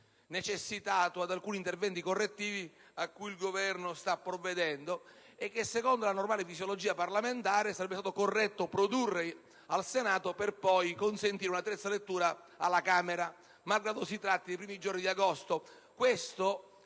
necessita di alcuni interventi correttivi a cui il Governo sta provvedendo e che, secondo la normale fisiologia parlamentare, sarebbe stato corretto produrre al Senato, per poi consentire una terza lettura alla Camera, malgrado ci saremmo trovati nei primi giorni di agosto. Questo,